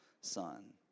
son